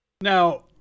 now